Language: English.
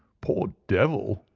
poor devil!